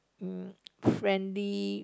mm friendly